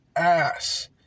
ass